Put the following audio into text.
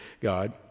God